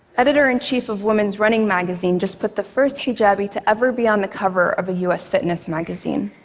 editor in chief of women's running magazine just put the first hijabi to ever be on the cover of a us fitness magazine.